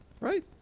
right